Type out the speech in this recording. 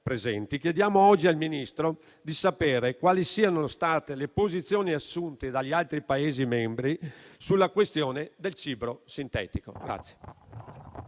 chiediamo oggi al Ministro di sapere quali siano state le posizioni assunte dagli altri Paesi membri sulla questione del cibo sintetico.